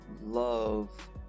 love